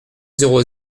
zéro